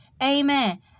Amen